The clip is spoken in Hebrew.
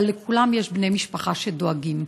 אבל לכולם יש בני משפחה שדואגים.